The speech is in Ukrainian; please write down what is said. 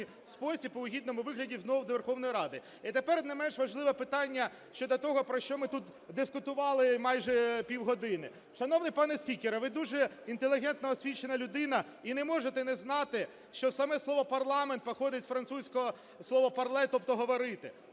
спосіб і у гідному вигляді знову до Верховної Ради. І тепер не менш важливе питання щодо того, про що ми тут дискутували майже півгодини. Шановний пане спікере, ви дуже інтелігентна, освічена людина, і не можете не знати, що саме слово парламент походить з французького слова parler, тобто "говорити".